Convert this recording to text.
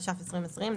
התש"ף 2020,